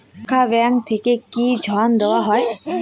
শাখা ব্যাংক থেকে কি ঋণ দেওয়া হয়?